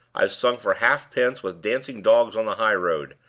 i've sung for half-pence with dancing dogs on the high-road!